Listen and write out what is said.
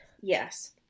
Yes